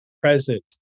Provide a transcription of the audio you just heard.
present